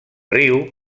riu